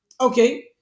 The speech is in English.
Okay